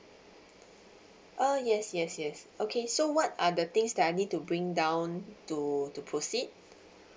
uh yes yes yes okay so what are the things that I need to bring down to to proceed